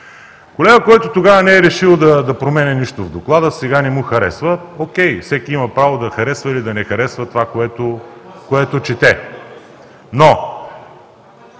колега, който тогава не е решил да променя нищо в Доклада, а сега не му харесва. О'кей, всеки има право да харесва или да не харесва това, което чете. Но